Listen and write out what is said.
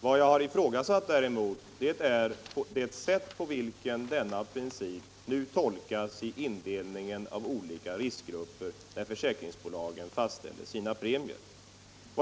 Vad jag däremot har ifrågasatt är det sätt på vilket denna princip nu tolkas genom indelningen i olika riskgrupper när försäkringsbolagen fastställer sina premier.